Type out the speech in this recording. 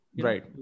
Right